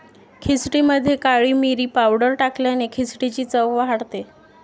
खिचडीमध्ये काळी मिरी पावडर टाकल्याने खिचडीची चव वाढते